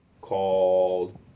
called